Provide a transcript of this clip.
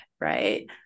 right